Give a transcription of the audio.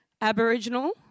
Aboriginal